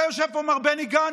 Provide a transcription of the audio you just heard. אתה יושב פה, מר בני גנץ,